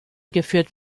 geführt